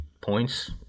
points